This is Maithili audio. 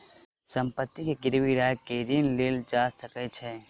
संपत्ति के गिरवी राइख के ऋण लेल जा सकै छै